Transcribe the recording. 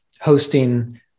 hosting